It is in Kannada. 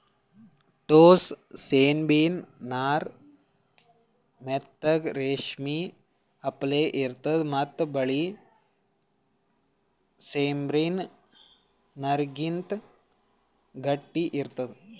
ಟೋಸ್ಸ ಸೆಣಬಿನ್ ನಾರ್ ಮೆತ್ತಗ್ ರೇಶ್ಮಿ ಅಪ್ಲೆ ಇರ್ತದ್ ಮತ್ತ್ ಬಿಳಿ ಸೆಣಬಿನ್ ನಾರ್ಗಿಂತ್ ಗಟ್ಟಿ ಇರ್ತದ್